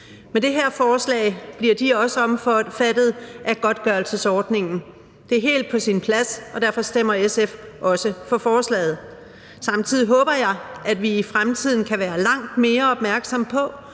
Med det her forslag bliver de også omfattet af godtgørelsesordningen. Det er helt på sin plads, og derfor stemmer SF også for forslaget. Samtidig håber jeg, at vi i fremtiden kan være langt mere opmærksomme på,